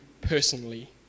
personally